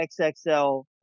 XXL